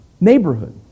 Neighborhood